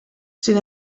sin